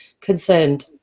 concerned